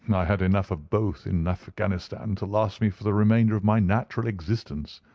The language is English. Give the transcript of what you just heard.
i had enough of both in afghanistan to last me for the remainder of my natural existence.